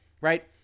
right